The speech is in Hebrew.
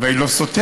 אבל היא לא סותרת.